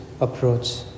approach